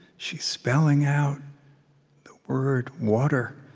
she's spelling out the word, water.